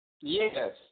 Yes